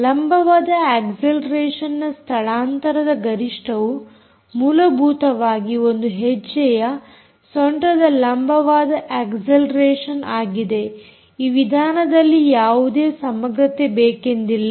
ಲಂಬವಾದ ಅಕ್ಸೆಲೆರೇಷನ್ನ ಸ್ಥಳಾಂತರದ ಗರಿಷ್ಠವು ಮೂಲಭೂತವಾಗಿ ಒಂದು ಹೆಜ್ಜೆಯ ಸೊಂಟದ ಲಂಬವಾದ ಅಕ್ಸೆಲೆರೇಷನ್ ಆಗಿದೆ ಈ ವಿಧಾನದಲ್ಲಿ ಯಾವುದೇ ಸಮಗ್ರತೆ ಬೇಕೆಂದಿಲ್ಲ